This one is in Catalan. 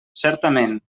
certament